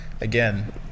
again